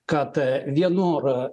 kad vienur